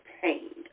pain